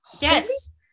Yes